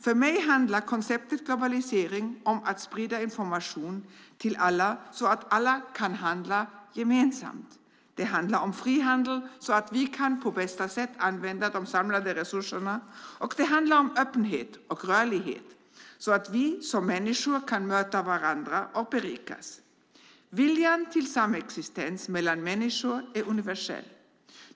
För mig handlar konceptet globalisering om att sprida information till alla så att alla kan handla gemensamt. Det handlar om frihandel, så att vi på bästa sätt kan använda de samlade resurserna, och det handlar om öppenhet och rörlighet så att vi som människor kan möta varandra och berikas. Viljan till samexistens mellan människor är universell.